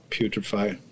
putrefy